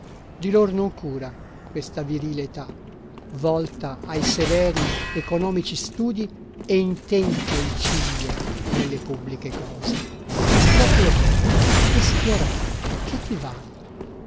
di lor non cura questa virile età volta ai severi economici studi e intenta il ciglio nelle pubbliche cose il proprio petto esplorar che ti val